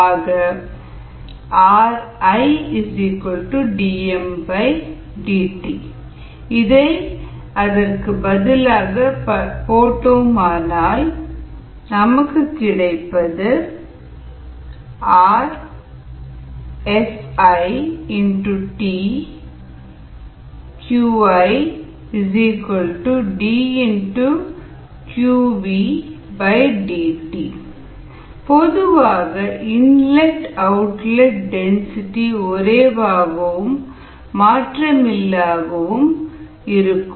ஆக ridmdt இதை அதற்கு பதிலாக போட்டால் FitidρVdt பொதுவாக இன் லெட் அவுட்லெட் டென்சிட்டி ஒரே வாகவும் மாற்றம் இல்லாமலும் இருக்கும்